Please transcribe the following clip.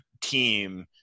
team